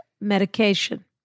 medication